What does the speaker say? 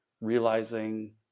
realizing